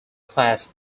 class